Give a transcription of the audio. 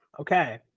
okay